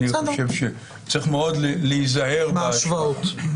אני חושב שצריך מאוד להיזהר מהשוואות.